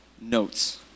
notes